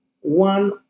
one